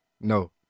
no